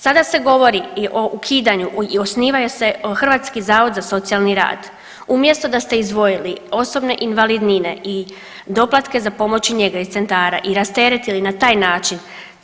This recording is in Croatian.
Sada se govori i o ukidanju i osniva se Hrvatski zavod za socijalni rad, umjesto da ste izdvojili osobne invalidnine i doplatke za pomoć i njegu iz centara i rasteretili na taj način.